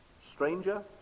stranger